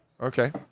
Okay